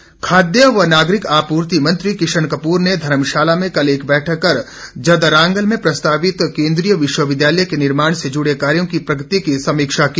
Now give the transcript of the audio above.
कपर खाद्य व नागरिक आपूर्ति मंत्री किशन कपूर ने धर्मशाला में कल एक बैठक कर जदरांगल में प्रस्तावित केन्द्रीय विश्वविद्यालय के निर्माण से जुड़े कार्यों की प्रगति की समीक्षा की